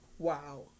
wow